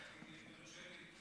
רק אם יורשה לי,